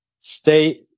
stay